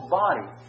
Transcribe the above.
body